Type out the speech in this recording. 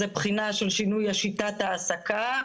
זה בחינה של שינוי שיטת ההעסקה,